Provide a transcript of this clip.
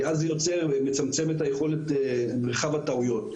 כי אז זה מצמצם את יכולת מרחב הטעויות,